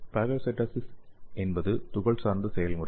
phagocytosis என்பது துகள் சார்ந்த செயல்முறை